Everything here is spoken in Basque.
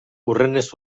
hurrenez